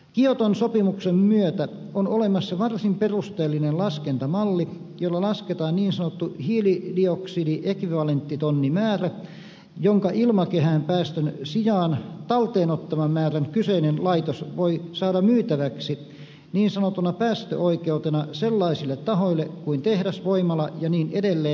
kioton sopimuksen myötä on olemassa varsin perusteellinen laskentamalli jolla lasketaan niin sanottu hiilidioksidiekvivalenttitonnimäärä jonka ilmakehään päästön sijaan talteen ottaman määrän kyseinen laitos voi saada myytäväksi niin sanottuna päästöoikeutena sellaisille tahoille kuin tehdas voimala ja niin edelleen